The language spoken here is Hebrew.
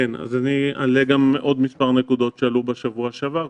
אעלה גם עוד מספר נקודות שעלו בשבוע שעבר,